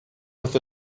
with